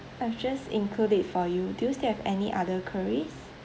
I've just include it for you do you still have any other queries